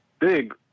big